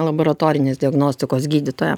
laboratorinės diagnostikos gydytoja